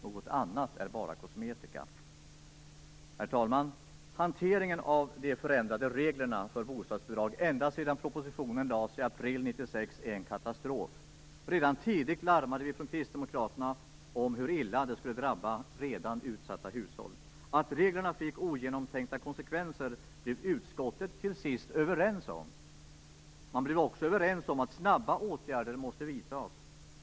Något annat är bara kosmetika. Herr talman! Hanteringen av de förändrade reglerna för bostadsbidrag ända sedan propositionen lades fram i april 1996 är en katastrof. Redan tidigt larmade vi från Kristdemokraterna om hur illa det skulle drabba redan utsatta hushåll. Att reglerna fick ogenomtänkta konsekvenser blev utskottet till sist överens om. Man blev också överens om att snabba åtgärder måste vidtas.